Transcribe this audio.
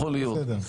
אבל בסדר.